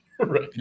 Right